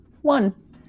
one